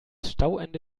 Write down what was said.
stauende